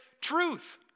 truth